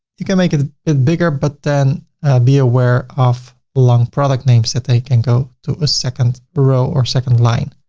you can make it a bit bigger, but then be aware of long product names that they can go to a second row or second line.